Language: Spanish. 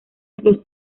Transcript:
los